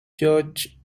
judge